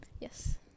Yes